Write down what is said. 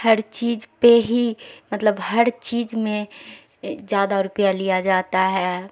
ہر چیز پہ ہی مطلب ہر چیز میں زیادہ روپیہ لیا جاتا ہے